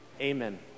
Amen